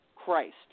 Christ